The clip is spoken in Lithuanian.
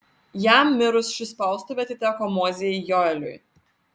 jam mirus ši spaustuvė atiteko mozei joeliui